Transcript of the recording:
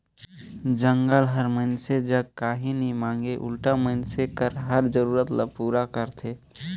जंगल हर मइनसे जग काही नी मांगे उल्टा मइनसे कर हर जरूरत ल पूरा करथे